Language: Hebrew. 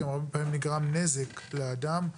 גם הרבה פעמים נגרם נזק לאדם.